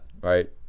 right